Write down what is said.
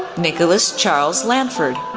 nicholas charles lanford,